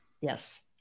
Yes